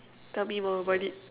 tell me more about it